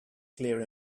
clear